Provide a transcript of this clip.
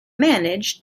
managed